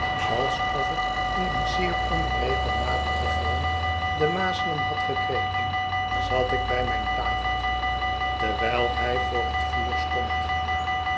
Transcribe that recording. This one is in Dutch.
alsof het in een zeer onregelmatigen vorm de mazelen had gekregen zat ik bij mijn tafeltje terwijl hij voor het vuur stond